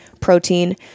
protein